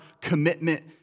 commitment